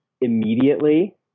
immediately